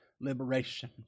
Liberation